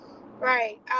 Right